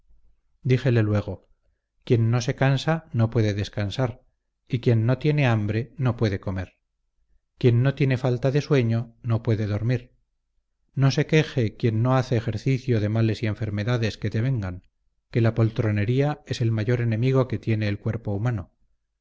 díjele luego quien no se cansa no puede descansar y quien no tiene hambre no puede comer quien no tiene falta de sueño no puede dormir no se queje quien no hace ejercicio de males y enfermedades que te vengan que la poltronería es el mayor enemigo que tiene el cuerpo humano